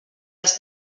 els